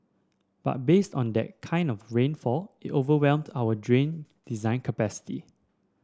but based on that kind of rainfall it overwhelmed our drain design capacity